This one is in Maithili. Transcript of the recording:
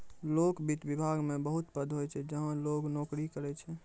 लोक वित्त विभाग मे बहुत पद होय छै जहां लोग नोकरी करै छै